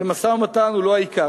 שמשא-ומתן הוא לא העיקר,